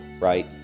right